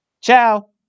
Ciao